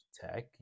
tech